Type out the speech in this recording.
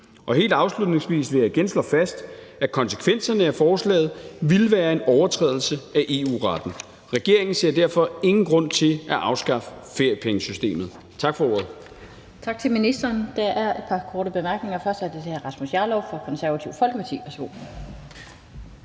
Helt afslutningsvis vil jeg igen slå fast, at konsekvenserne af forslaget ville være en overtrædelse af EU-retten. Regeringen ser derfor ingen grund til at afskaffe feriepengesystemet. Tak for ordet.